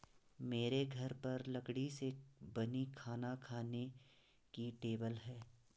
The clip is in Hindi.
मेरे घर पर लकड़ी से बनी खाना खाने की टेबल है